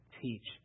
teach